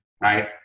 right